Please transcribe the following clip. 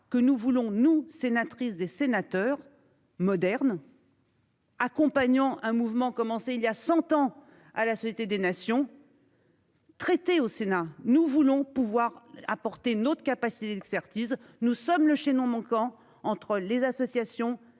que nous voulons-nous sénatrice des sénateurs moderne.-- Accompagnant un mouvement commencé il y a 100 ans à la société des nations.-- Traité au Sénat nous voulons pouvoir apporter notre capacité sertis. Nous sommes le chaînon manquant entre les associations